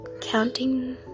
counting